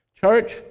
Church